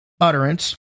utterance